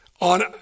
on